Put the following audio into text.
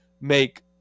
make